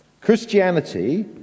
Christianity